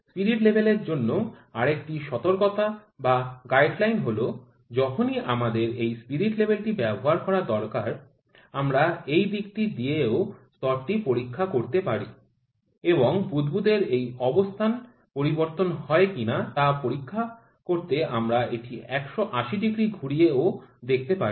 spirit লেভেলের জন্য আরেকটি সতর্কতা বা গাইডলাইন হল যখনই আমাদের এই স্পিরিট লেভেলটি ব্যবহার করা দরকার আমরা এই দিকটি দিয়ে ও স্তরটি পরীক্ষা করতে পারি এবং বুদবুদের সেই অবস্থান পরিবর্তন হয় কিনা তা পরীক্ষা করতে আমরা এটি ১৮০ ডিগ্রি ঘুরিয়ে ও দেখতে পারি